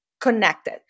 connected